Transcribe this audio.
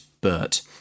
bert